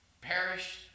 perished